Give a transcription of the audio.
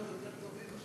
אנחנו עוד יותר טובים.